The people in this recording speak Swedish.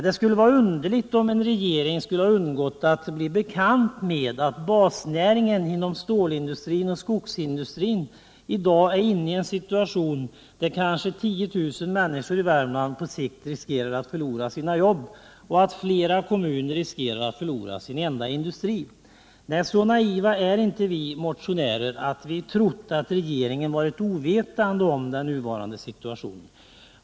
Det skulle vara underligt om en regering skulle ha undgått att få kännedom om att basnäringen inom stålindustrin och skogsindustrin i dag är inne i en situation där kanske 10 000 människor i Värmland på sikt riskerar att förlora sina jobb och att flera kommuner riskerar att förlora sin enda industri. Så naiva är inte vi motionärer att vi trott att regeringen varit ovetande om den nuvarande situationen.